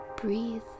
breathe